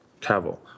Cavill